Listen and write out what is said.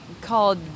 called